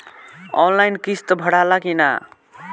Online किस्त भराला कि ना?